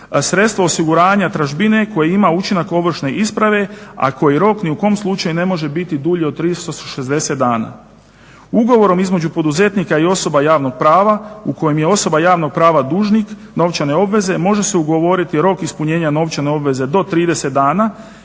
sredstvo osiguranja tražbine koji ima učinak ovršne isprave, a koji rok ni u kom slučaju ne može biti dulji od 360 dana. Ugovorom između poduzetnika i osoba javnog prava u kojem je osoba javnog prava dužnik novčane obveze, može se ugovoriti rok ispunjenja novčane obveze do 30 dana.